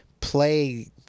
play